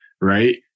Right